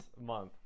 month